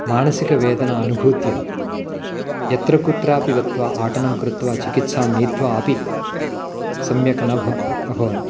मानसिकवेदनाम् अनुभूत्य यत्र कुत्रापि गत्वा अटनं कृत्वा चिकित्सां नीत्वा अपि सम्यक् न भव् अभवन्